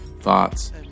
thoughts